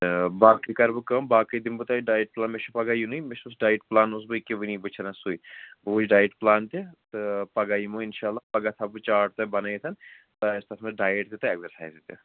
تہٕ باقٕے کَرٕ بہٕ کٲم باقٕے دِمہٕ بہٕ تۄہہِ ڈایِٹ پُلان مےٚ چھُ پگاہ یِنُے مےٚ چھُس ڈایِٹ پُلان اوسُس بہٕ یہِ کیٛاہ وُنی وُچھان سُے بہٕ وُچھٕ ڈایِٹ پُلان تہِ تہٕ پگاہ یِمو اِنشاء اللہ پگاہ تھاوٕ بہٕ چاٹ تۄہہِ بَنٲیِتھ تۄہہِ آسہٕ تَتھ منٛز ڈایِٹ تہِ تہٕ اٮ۪کزرسایزٕ تہِ